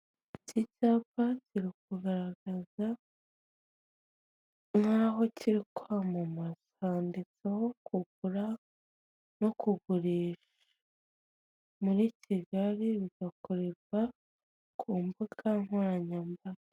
Iki cyapa kiri kugaragaza nk'aho kiri kwamamaza handitseho kugura no kugu muri kigali bigakorerwa ku mbugankoranyambaga.